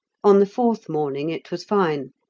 on the fourth morning it was fine,